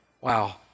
Wow